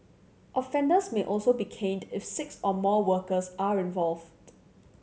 offenders may also be caned if six or more workers are involved